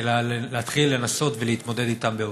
אלא להתחיל לנסות ולהתמודד איתה באומץ.